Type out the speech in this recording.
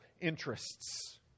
interests